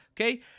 Okay